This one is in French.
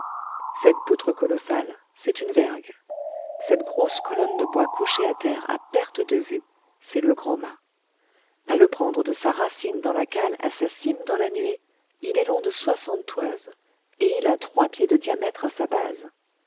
cette poutre colossale c'est une vergue cette grosse colonne de bois couchée à terre à perte de vue c'est le grand mât à le prendre de sa racine dans la cale à sa cime dans la nuée il est long de soixante toises et il a trois pieds de diamètre à sa base